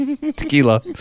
Tequila